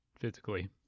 physically